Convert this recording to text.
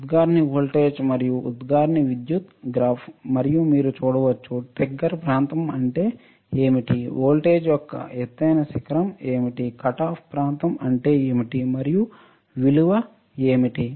ఉద్గారిణి voltage మరియు ఉద్గారిణి విద్యుత్ గ్రాఫ్ మరియు మీరు చూడవచ్చు ట్రిగ్గర్ ప్రాంతం అంటే ఏమిటి వోల్టేజ్ యొక్క ఎత్తైన శిఖరం ఏమిటి కటాఫ్ ప్రాంతం అంటే ఏమిటి మరియు విలువ ఏమిటి